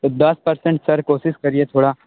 तो दस percent sir कोशिश करिए थोड़ा